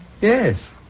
Yes